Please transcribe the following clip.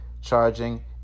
charging